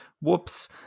Whoops